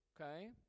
okay